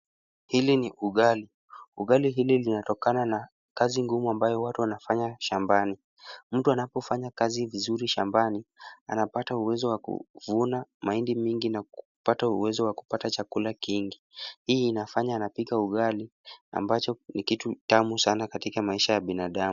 Hili ni ugali. Ugali hili linatokana na kazi ngumu ambayo watu wanafanya shambani. Mtu anapofanya kazi vizuri shambani, anapata uwezo wa kuvuna mahindi mengi na kupata uwezo wa kupata chakula kingi. Hii inafanya anapika ugali ambacho ni kitu tamu sana katika maisha ya binadamu.